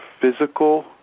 physical